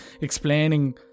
explaining